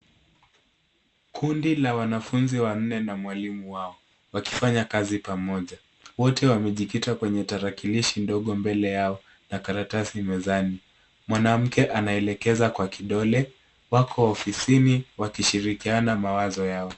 Kundi la wanafunzi wanne na mwalimu wao, wakifanya kazi pamoja. Wote wamejikita kwenye tarakilishi ndogo mbele yao na karatasi mezani. Mwanamke anaelekeza kwa kidole. Wako ofisini wakishirikiana mawazo yao.